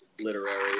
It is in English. literary